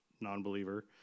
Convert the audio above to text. non-believer